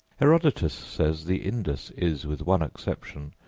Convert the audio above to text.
herodotus says the indus is, with one exception,